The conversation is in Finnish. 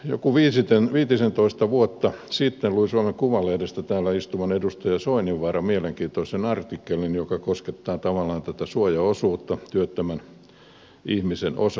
joku viitisentoista vuotta sitten luin suomen kuvalehdestä täällä istuvan edustaja soininvaaran mielenkiintoisen artikkelin joka koskettaa tavallaan tätä suojaosuutta työttömän ihmisen osalta